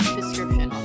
description